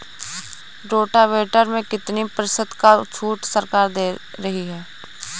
Rotavator में कितनी प्रतिशत का छूट सरकार दे रही है?